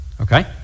okay